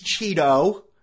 Cheeto